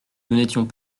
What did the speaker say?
n’étions